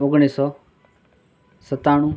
ઓગણીસો સત્તાણું